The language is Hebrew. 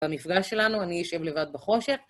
במפגש שלנו אני אשב לבד בחושך.